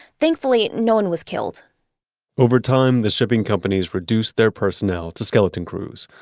thankfully no one was killed over time, the shipping companies reduced their personnel to skeleton crews.